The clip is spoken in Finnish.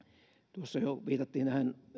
tuossa jo viitattiin